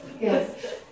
Yes